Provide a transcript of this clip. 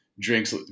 drinks